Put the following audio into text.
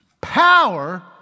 Power